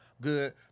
good